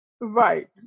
right